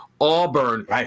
Auburn